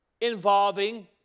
involving